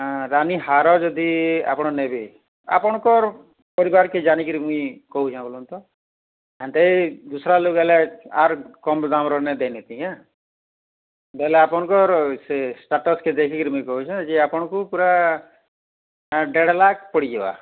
ରାନୀ ହାର ଯଦି ଆପଣ ନେବେ ଆପଣଙ୍କର ପରିବାରକେ ଜାନିକିରି ମୁଇଁ କହୁଚି ବୋଲନ୍ତ ସେନ୍ତି ଦୂସରା ଲେବୋଲେ ଆର କମ ଦାମର ନେଇ ଦେନିତି ହାଁ ବୋଲେ ଆପଣଙ୍କର ସେ ଷ୍ଟାଟସ କେ ଦେଖିକିରି ମୁଇଁ କହୁଚି ଯେ ଆପଣଙ୍କୁ ପୁରା ଦେଢ଼ଲାଖ ପଡ଼ିଯିବାର